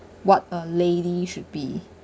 what a lady should be